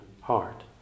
heart